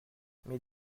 mes